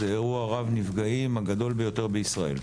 זה אירוע רב נפגעים הגדול ביותר בישראל.